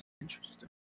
interesting